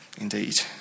indeed